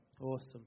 Awesome